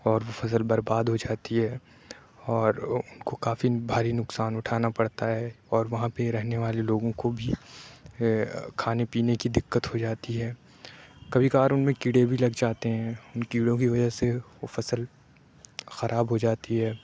اور فصل برباد ہو جاتی ہے اور اُن کو کافی بھاری نقصان اُٹھانا پڑتا ہے اور وہاں پہ رہنے والے لوگوں کو بھی کھانے پینے کی دقت ہو جاتی ہے کبھی کبھار اُن میں کیڑے بھی لگ جاتے ہیں اُن کیڑوں کی وجہ سے وہ فصل خراب ہو جاتی ہے